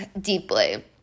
deeply